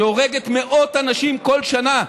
שהורגת מאות אנשים כל שנה,